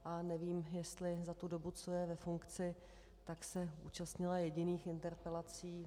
A nevím, jestli za tu dobu, co je ve funkci, tak se účastnila jediných interpelací.